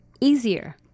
easier